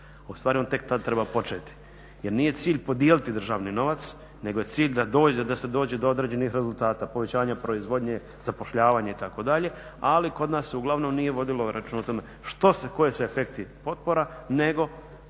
Ustvari on tek tad treba početi jer nije cilj podijeliti državni novac nego je cilj da se dođe do određenih rezultata, povećanja proizvodnje, zapošljavanje itd., ali kod nas se uglavnom nije vodilo računa o tome koji su efekti potpora nego podijele